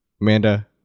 Amanda